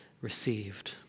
received